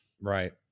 Right